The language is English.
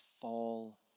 fall